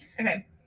Okay